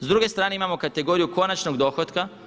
S druge strane imamo kategoriju konačnog dohotka.